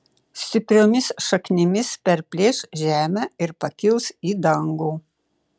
stipriomis šaknimis perplėš žemę ir pakils į dangų